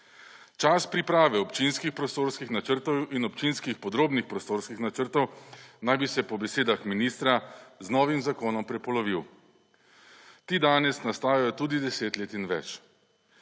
Čas priprave občinskih prostorskih načrtov in občinskih podrobnih prostorskih načrtov naj bi se po besedah ministra z novim zakonom prepolovil. Ti danes nastajajo tudi 10 let in več.